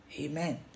amen